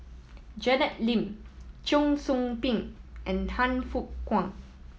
Janet Lim Cheong Soo Pieng and Han Fook Kwang